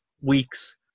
weeks